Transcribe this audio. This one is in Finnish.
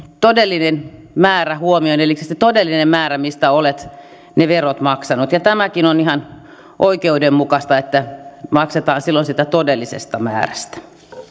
todellinen määrä huomioon eli se todellinen määrä mistä olet ne verot maksanut tämäkin on ihan oikeudenmukaista että maksetaan silloin siitä todellisesta määrästä